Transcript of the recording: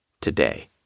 today